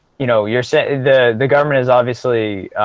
you know you're saying the the government is obviously